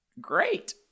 Great